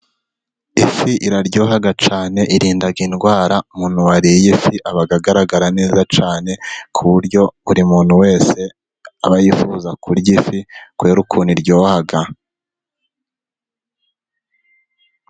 ifi iraryoha cyane irinda indwara, umuntu wariye ifi aba agaragara neza cyane ku buryo buri muntu wese aba yifuza kurya ifi kubera ukuntu iryoha.